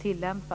tillämpa.